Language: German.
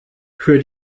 für